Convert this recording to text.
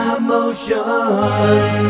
emotions